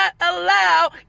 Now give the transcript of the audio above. allow